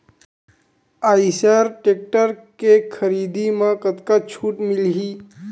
Eicher tractor के खरीदी म कतका छूट मिलही?